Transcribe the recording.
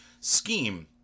scheme